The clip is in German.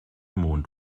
mond